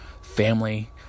family